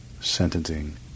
sentencing